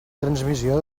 transmissió